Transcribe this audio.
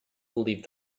believed